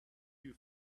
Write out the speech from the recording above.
you